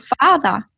father